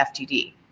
FTD